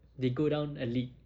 they go down a league